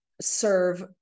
serve